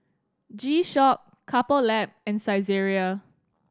G Shock Couple Lab and Saizeriya